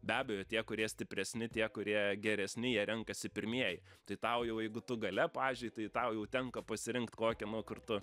be abejo tie kurie stipresni tie kurie geresni jie renkasi pirmieji tai tau jau jeigu tu gale pavyzdžiui tai tau jau tenka pasirinkt kokį nu kur tu